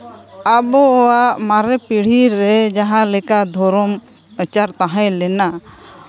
ᱟᱵᱚᱣᱟᱜ ᱢᱟᱨᱮ ᱯᱤᱲᱦᱤ ᱨᱮ ᱡᱟᱦᱟᱸᱞᱮᱠᱟ ᱫᱷᱚᱨᱚᱢ ᱯᱨᱚᱪᱟᱨ ᱛᱟᱦᱮᱸ ᱞᱮᱱᱟ